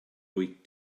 wyt